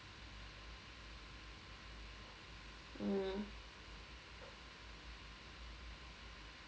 mm